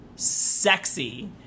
sexy